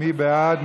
מי בעד?